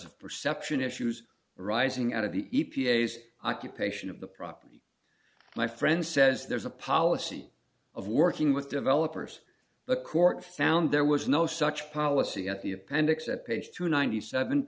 of perception issues arising out of the e p a s occupation of the property my friend says there's a policy of working with developers the court found there was no such policy at the appendix at page two ninety seven